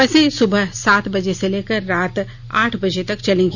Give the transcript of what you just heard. बसें सुबह सात बजे से लेकर रात आठ बजे तक चलेंगी